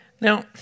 Now